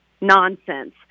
nonsense